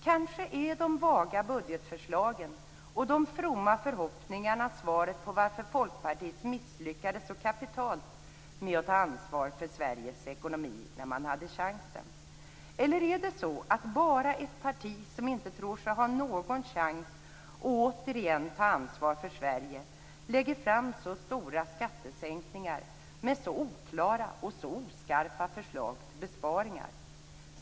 Kanske är de vaga budgetförslagen och de fromma förhoppningarna svaret på varför Folkpartiet misslyckades så kapitalt med att ta ansvar för Sveriges ekonomi när man hade chansen. Eller är det så att det är bara ett parti som inte tror sig ha någon chans att återigen ta ansvar för Sverige som lägger fram förslag på så stora skattesänkningar med så oklara och oskarpa förslag till besparingar?